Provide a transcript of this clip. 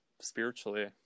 spiritually